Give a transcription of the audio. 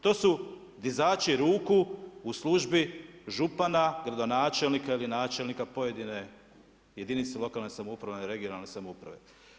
To su dizači ruku u službi župana, gradonačelnika ili načelnika pojedine jedinice lokalne samouprave, regionalne samouprave.